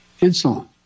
insulin